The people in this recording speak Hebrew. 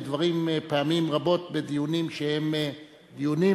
פעמים רבות בדיונים שבאים,